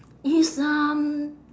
it's um